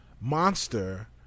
Monster